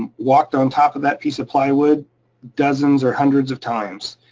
um walked on top of that piece of plywood dozens or hundreds of times,